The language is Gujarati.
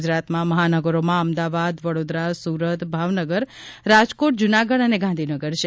ગુજરાતમાં મહાનગરોમાં અમદાવાદ વડોદરા સુરત ભાવનગર રાજકોટ જુનાગઢ અને ગાંધીનગર છે